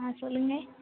ஆ சொல்லுங்க